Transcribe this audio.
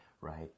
right